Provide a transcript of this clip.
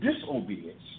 disobedience